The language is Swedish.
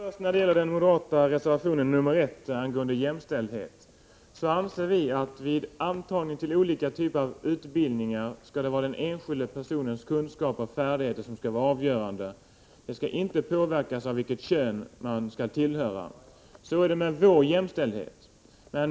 Fru talman! Vad gäller den moderata reservationen 1 angående jämställdhet anser vi att vid intagning till olika typer av utbildningar skall den enskilda personens kunskaper och färdigheter vara avgörande. Intagningen skall inte påverkas av vilket kön man tillhör. Så är det med vår jämställdhet.